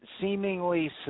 seemingly